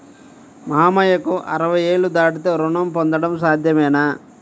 మామయ్యకు అరవై ఏళ్లు దాటితే రుణం పొందడం సాధ్యమేనా?